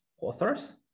authors